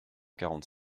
quarante